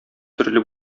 төрле